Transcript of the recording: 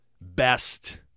best